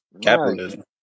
capitalism